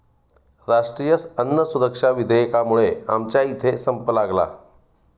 राष्ट्रीय अन्न सुरक्षा विधेयकामुळे आमच्या इथे संप लागला